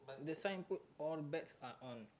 the sign put all bags are on